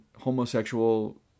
homosexual